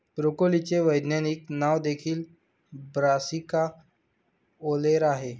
ब्रोकोलीचे वैज्ञानिक नाव देखील ब्रासिका ओलेरा आहे